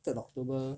third of october